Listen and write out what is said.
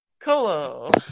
Colo